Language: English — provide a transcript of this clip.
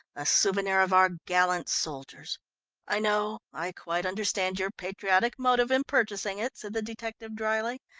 a souvenir of our gallant soldiers i know, i quite understand your patriotic motive in purchasing it, said the detective dryly,